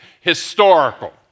historical